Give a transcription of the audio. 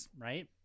right